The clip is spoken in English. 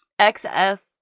XF